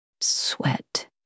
Sweat